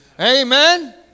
Amen